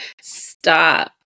Stop